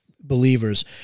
believers